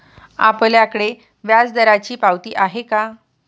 आपल्याकडे व्याजदराची पावती आहे का?